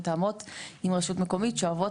ואנחנו עוברים